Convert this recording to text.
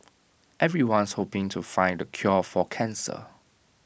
everyone's hoping to find the cure for cancer